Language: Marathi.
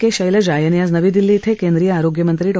के शैलजा यांनी आज नवी दिल्ली केंद्रिय आरोग्यमंत्री डॉ